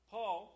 Paul